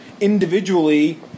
individually